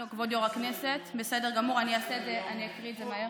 כבוד יו"ר הכנסת, בסדר גמור, אני אקריא את זה מהר.